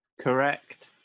correct